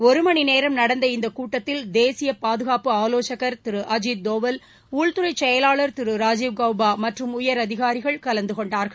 ஒரு மணிநேரம் நடந்த இந்தக் கூட்டத்தில் தேசிய பாதுகாப்பு ஆலோசகர் திரு அஜீத் தோவல் உள்துறை செயலாளர் திரு ராஜீவ் கௌபா மற்றும் உயரதிகாரிகள் கலந்துகொண்டார்கள்